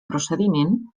procediment